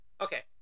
Okay